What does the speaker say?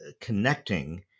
connecting